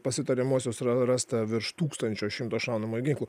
pas įtariamuosius ra rasta virš tūkstančio šaunamųjų ginklų